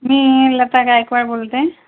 मी लता गायकवाड बोलते